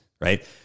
right